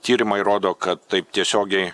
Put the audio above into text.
tyrimai rodo kad taip tiesiogiai